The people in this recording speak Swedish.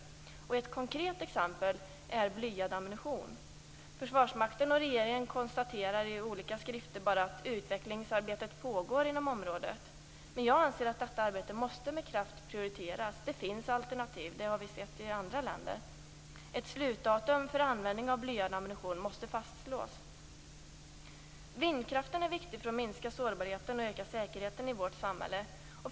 Ett konkret exempel är blyad ammunition. Försvarsmakten och regeringen konstaterar i olika skrifter bara att "utvecklingsarbetet pågår" inom området. Jag anser att detta arbete med kraft måste prioriteras. Vi har sett i andra länder att det finns alternativ. Ett slutdatum för användning av blyad ammunition bör fastslås. Vindkraften är viktig för att minska sårbarheten och öka säkerheten i vårt samhälle.